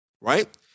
Right